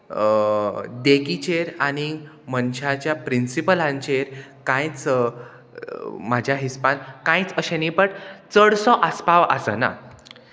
देगीचेर आनी मनशाच्या प्रिंसिपलांचेर कांयच म्हाज्या हिसपान कांयच अशें न्ही बट चडसो आस्पाव आसना